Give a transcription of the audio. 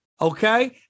okay